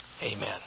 amen